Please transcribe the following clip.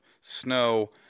snow